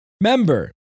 member